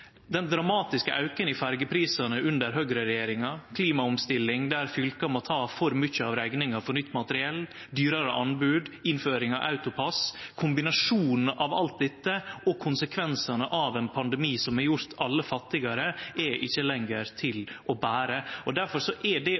Den dramatiske auken i ferjeprisane under høgreregjeringa, ei klimaomstilling der fylka må ta for mykje av rekninga for nytt materiell, dyrare anbod og innføring av autopass – kombinasjonen av alt dette og konsekvensane av ein pandemi som har gjort alle fattigare, er ikkje lenger til å bere. Difor er det